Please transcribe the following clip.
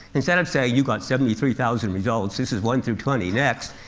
instead of saying, you got seventy three thousand results. this is one through twenty. next,